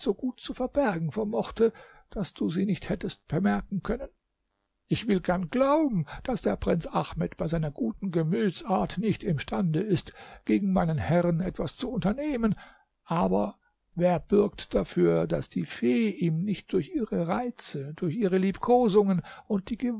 gut zu verbergen vermochte daß du sie nicht hättest bemerken können ich will gern glauben daß der prinz ahmed bei seiner guten gemütsart nicht imstande ist gegen meinen herrn etwas zu unternehmen aber wer bürgt dafür daß die fee ihm nicht durch ihre reize durch ihre liebkosungen und die